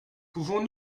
pouvons